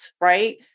Right